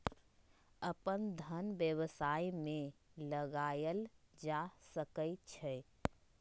अप्पन धन व्यवसाय में लगायल जा सकइ छइ